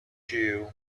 you